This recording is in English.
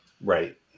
right